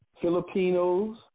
Filipinos